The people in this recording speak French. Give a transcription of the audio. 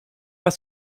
pas